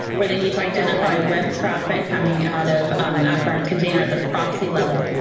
where they need to identify web traffic coming out of app guard container at the proxy level.